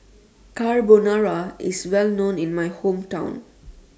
Carbonara IS Well known in My Hometown